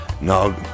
no